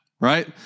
right